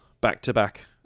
back-to-back